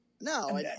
No